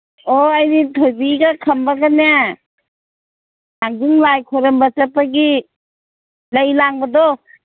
ꯑꯣ ꯑꯩꯗꯤ ꯊꯣꯏꯕꯤꯒ ꯈꯝꯕꯒꯅꯦ ꯊꯥꯡꯖꯤꯡ ꯂꯥꯏ ꯈꯣꯏꯔꯝꯕ ꯆꯠꯄꯒꯤ ꯂꯩ ꯂꯥꯡꯕꯗꯣ